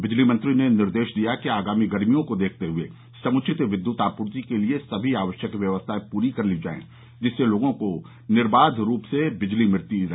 बिजली मंत्री ने निर्देश दिया कि आगामी गर्मियों को देखते हए समुचित विद्यत आपूर्ति के लिये सभी आवश्यक व्यवस्थाए पूरी कर ली जाये जिससे लोगों को निर्बाधरूप से बिजली मिलती रहे